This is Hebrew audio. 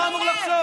מה הוא אמור לחשוב?